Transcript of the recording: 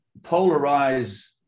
polarize